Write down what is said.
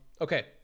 okay